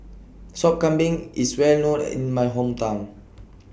Sop Kambing IS Well known in My Hometown